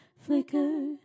flicker